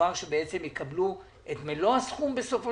מדובר בעצם שיקבלו את מלוא הסכום בסופו